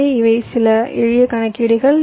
எனவே இவை சில எளிய கணக்கீடுகள்